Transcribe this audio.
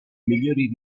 migliori